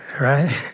right